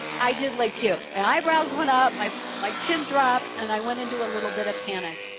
i did like you, my eyebrows went up, my like chin dropped. and i went into a little bit of panic.